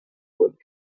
would